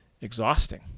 exhausting